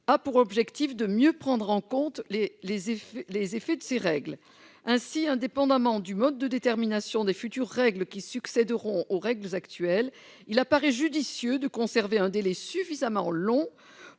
a pour objectif de mieux prendre en compte les les effets, les effets de ces règles ainsi indépendamment du mode de détermination des futures règles qui succéderont aux règles actuelles, il apparaît judicieux de conserver un délai suffisamment long